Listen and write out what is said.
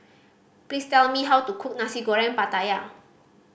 please tell me how to cook Nasi Goreng Pattaya